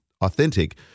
authentic